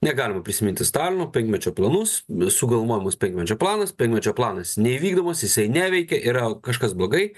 negalima prisiminti stalino penkmečio planus sugalvojamas penkmečio planas penkmečio planas neįvykdomas jisai neveikia yra kažkas blogai